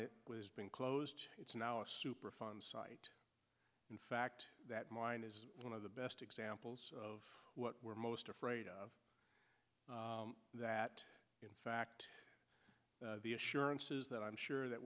it was being closed it's now a superfund site in fact that mine is one of the best examples of what we're most afraid of that in fact the assurances that i'm sure that